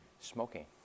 smoking